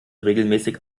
regelmäßig